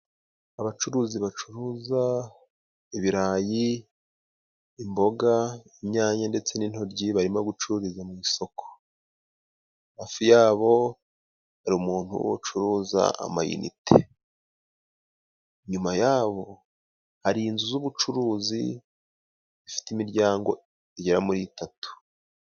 Abacuruzi bacuruza ibirayi, imboga, inyanya, ndetse n'intoryi barimo gucururiza mu isoko. Hafi yabo hari umuntu ucuruza amayinite. Inyuma yabo hari inzu z'ubucuruzi zifite imiryango igera muri itatu.